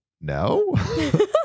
no